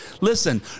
listen